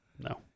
No